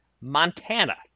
Montana